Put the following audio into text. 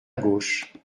gauche